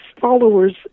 followers